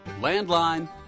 Landline